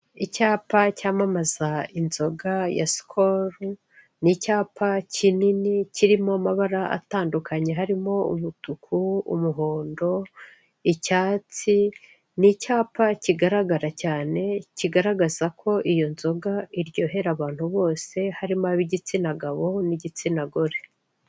Icyapa cyamamaza inzoga ya sikolo, ni icyapa kinini kirimo amabara atandukanye harimo umutuku, umuhondo, icyatsi, ni icyapa kigaragara cyane, kigaragaza ko iyo nzoga iryohera abantu bose harimo ab'igitsina gabo n'igitsina gore.